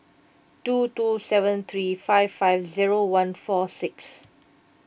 two two seven three five five zero one four six